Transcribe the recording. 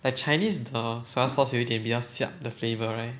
like chinese the soya sauce 有一点比较 siap 的 flavour right